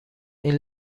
این